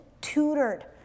tutored